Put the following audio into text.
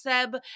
seb